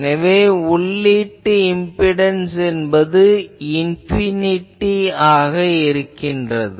எனவே உள்ளீட்டு இம்பிடன்ஸ் என்பது இன்பினிட்டி ஆகிறது